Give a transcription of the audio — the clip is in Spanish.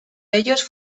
ellos